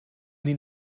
den